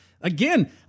Again